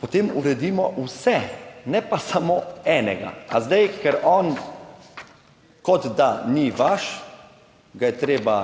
potem uredimo vse, ne pa samo enega. A zdaj, ker on kot da ni vaš, ga je treba